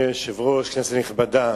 אדוני היושב-ראש, כנסת נכבדה,